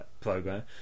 program